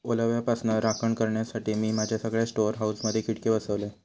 ओलाव्यापासना राखण करण्यासाठी, मी माझ्या सगळ्या स्टोअर हाऊसमधे खिडके बसवलय